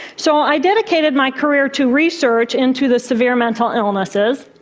so i dedicated my career to research into the severe mental illnesses,